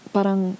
Parang